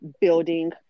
building